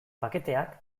paketeak